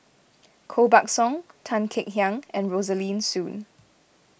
Koh Buck Song Tan Kek Hiang and Rosaline Soon